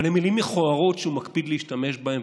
אבל אלה מילים מכוערות שהוא מקפיד להשתמש בהן,